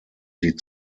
sie